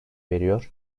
veriyor